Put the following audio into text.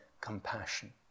compassion